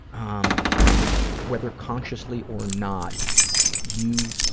um whether consciously or not you